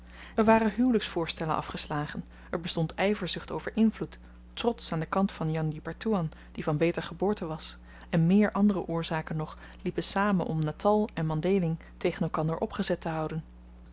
er waren huwelyksvoorstellen afgeslagen er bestond yverzucht over invloed trots aan den kant van jang di pertoean die van beter geboorte was en meer andere oorzaken nog liepen samen om natal en mandhéling tegen elkander opgezet te houden